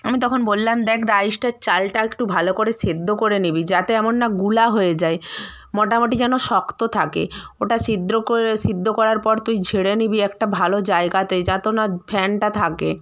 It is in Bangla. আমি তখন বললাম দেখ রাইসটার চালটা একটু ভালো করে সেদ্ধ করে নিবি যাতে এমন না গুলা হয়ে যায় মোটামোটি যেন শক্ত থাকে ওটা সিদ্র করে সিদ্ধ করার পর তুই ঝেড়ে নিবি একটা ভালো জায়গাতে যাতে না ফ্যানটা থাকে